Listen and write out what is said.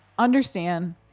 Understand